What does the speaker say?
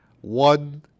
One